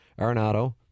Arenado